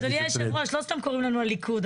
אדוני היושב ראש, לא סתם קוראים לנו ליכוד.